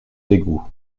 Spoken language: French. dégoût